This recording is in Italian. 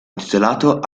intitolato